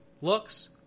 looks